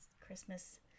Christmas